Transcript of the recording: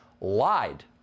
lied